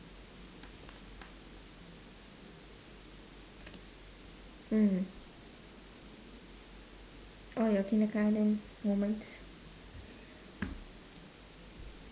mm oh your kindergarten moments